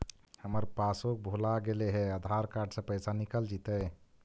हमर पासबुक भुला गेले हे का आधार कार्ड से पैसा निकल जितै?